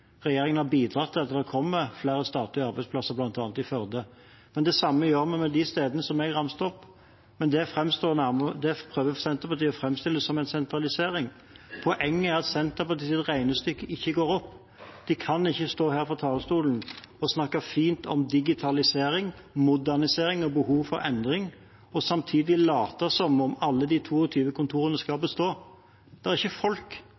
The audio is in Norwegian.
Regjeringen har bidratt til at det kommer flere statlige arbeidsplasser bl.a. i Førde. Det samme gjør vi med de stedene jeg ramset opp, men det prøver Senterpartiet å framstille som sentralisering. Poenget er at Senterpartiets regnestykke ikke går opp. De kan ikke stå her på talerstolen og snakke fint om digitalisering, modernisering og behov for endring og samtidig late som om alle de 22 kontorene skal bestå. Det er ikke folk